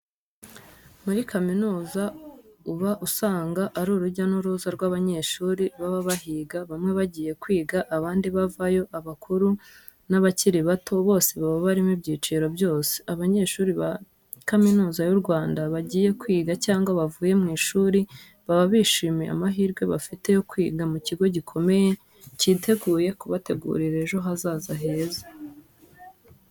Muri kaminuza uba usanga ari urujya n'uruza rw'abanyeshuri baba bahiga bamwe bagiye kwiga abandi bavayo abakuru na bakiri bato bose baba barimo ibyiciro byose. Abanyeshuri ba Kaminuza y’u Rwanda bagiye kwiga cyangwa bavuye mu ishuri baba bishimiye amahirwe bafite yo kwiga mu kigo gikomeye, cyiteguye kubategurira ejo hazaza heza.